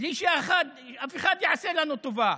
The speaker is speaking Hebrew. בלי שאף אחד יעשה לנו טובה,